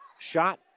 Shot